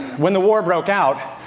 when the war broke out,